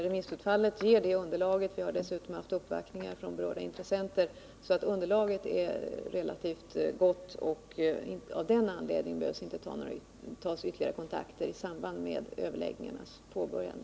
Remissutfallet och uppvaktningar som jag har haft från berörda intressenter har emellertid redan givit ett tillräckligt gott underlag, och av den anledningen behövs inga ytterligare kontakter i samband med överläggningarnas påbörjande.